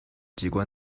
机关